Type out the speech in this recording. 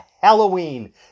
Halloween